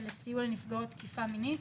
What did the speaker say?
נפגעות תקיפה מינית.